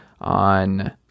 on